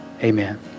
Amen